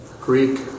Greek